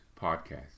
podcast